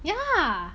yeah